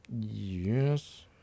Yes